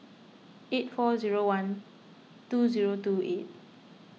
eight four zero one two zero two eight